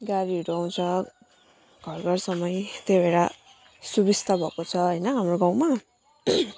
गाडीहरू आउँछ घर घरसम्मै त्यही भएर सुविस्ता भएको छ हैन हाम्रो गाउँमा